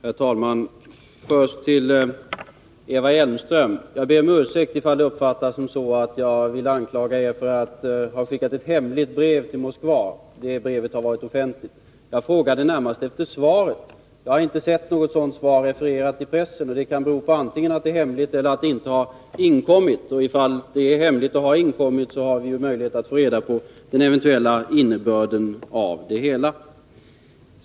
Herr talman! Först till Eva Hjelmström: Jag ber om ursäkt om det jag sade uppfattades så att jag ville anklaga er för att ha skickat ett hemligt brev till Moskva. Det brevet har varit offentligt. Jag frågade närmast efter svaret på brevet. Jag har inte sett något svar refererat i pressen, och det kan bero på att det antingen är hemligt eller inte har inkommit. Om det är hemligt och har inkommit, har vi ju möjlighet att få reda på innebörden av det hela.